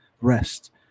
rest